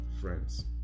friends